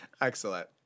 Excellent